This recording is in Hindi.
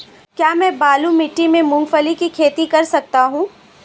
क्या मैं बालू मिट्टी में मूंगफली की खेती कर सकता हूँ?